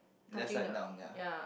that side down ya